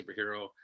superhero